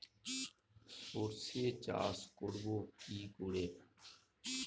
সর্ষে চাষ করব কি করে?